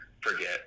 forget